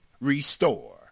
Restore